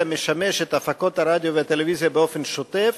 משמש את הפקות הרדיו והטלוויזיה באופן שוטף